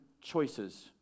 choices